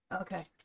Okay